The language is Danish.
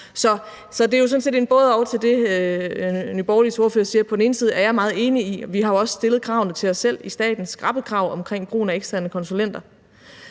Så det er jo sådan set et både-og til det, Nye Borgerliges ordfører siger. På den ene side er jeg meget enig. Vi har jo også stillet krav, skrappe krav, til os selv i staten om brugen af eksterne konsulenter,